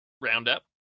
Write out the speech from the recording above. roundup